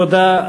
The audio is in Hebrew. תודה.